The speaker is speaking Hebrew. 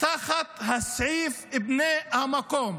תחת סעיף בני המקום.